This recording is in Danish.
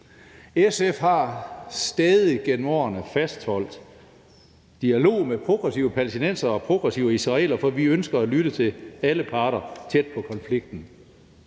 SF har stædigt gennem årene fastholdt dialog med progressive palæstinensere og progressive israelere, for vi ønsker at lytte til alle parter tæt på konflikten.